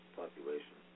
population